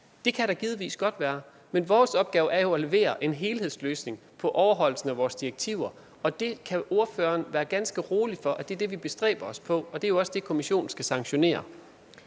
det kan der givetvis godt være. Men vores opgave er jo at levere en helhedsløsning for overholdelsen af vores direktiver, og ordføreren kan være ganske rolig, for det er det, vi bestræber os på. Det er jo også det, Kommissionen skal sanktionere.